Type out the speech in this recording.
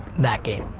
that game.